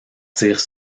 tire